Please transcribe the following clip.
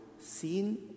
seen